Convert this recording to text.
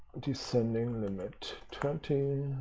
descending limit twenty.